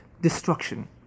destruction